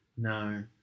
no